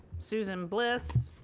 susan bliss,